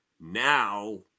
now